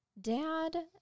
dad